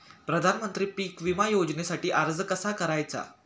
प्रधानमंत्री पीक विमा योजनेसाठी अर्ज कसा करायचा?